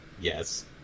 Yes